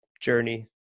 journey